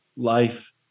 life